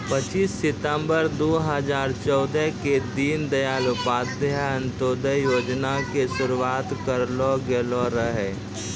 पच्चीस सितंबर दू हजार चौदह के दीन दयाल उपाध्याय अंत्योदय योजना के शुरुआत करलो गेलो रहै